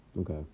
Okay